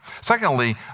Secondly